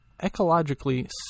ecologically